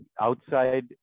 outside